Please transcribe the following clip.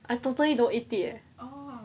I totally don't eat it leh